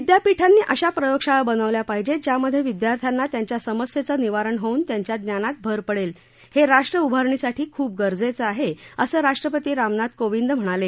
विद्यापीठांनी अशा प्रयोगशाळा बनवल्या पाहिजे ज्यामधे विद्यार्थ्यांना त्यांच्या समस्येचं निवारण होऊन त्यांच्या ज्ञानात भर पडेल हे राष्ट्र उभारणीसाठी खूप गरजेचं आहे असं राष्ट्रपती रामनाथ कोविंद म्हणाले